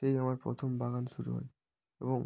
এই আমার প্রথম বাগান শুরু হয় এবং